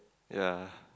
ya